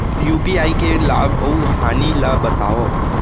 UPI के लाभ अऊ हानि ला बतावव